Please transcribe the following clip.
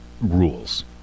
rules